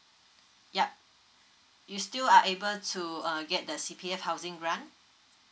yup you still are able to uh get the c p f housing grant